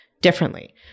differently